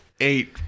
Eight